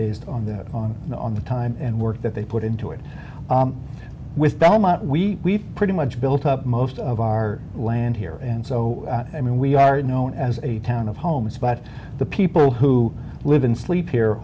based on that on the on the time and work that they put into it with belmont we pretty much built up most of our land here and so i mean we are known as a town of homes but the people who live in sleep here